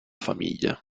famiglia